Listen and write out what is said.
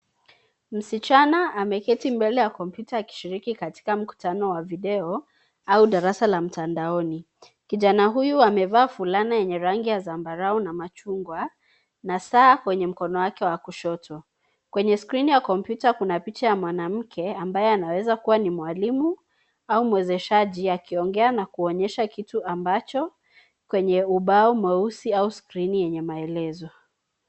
Msichana ameketi mbele ya kompyuta akishiriki katika mkutano wa video au darasa la mtandaoni. Kijana huyu amevaa fulana yenye rangi ya zambarau na machungwa na saa kwenye mkono wake wa kushoto. Kwa skrini ya kompyuta kuna picha ya mwanamke ambaye anaweza kuwa ni mwalimu au mwezeshaji anaongea na kuonyesha kitu ambacho kwenye ubao mweusi au skrini yenye maelezo.